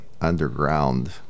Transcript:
underground